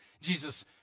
Jesus